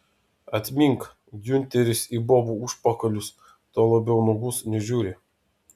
atmink giunteris į bobų užpakalius tuo labiau nuogus nežiūri